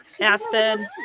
aspen